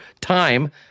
time